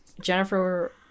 Jennifer